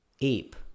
ape